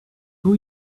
who